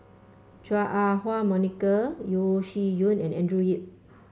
Chua Ah Huwa Monica Yeo Shih Yun and Andrew Yip